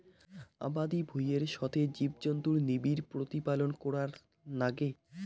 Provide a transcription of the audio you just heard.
আবাদি ভুঁইয়ের সথে জীবজন্তুুর নিবিড় প্রতিপালন করার নাগে